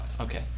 okay